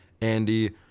Andy